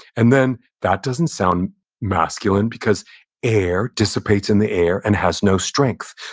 and then that doesn't sound masculine because air dissipates in the air and has no strength.